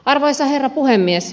arvoisa herra puhemies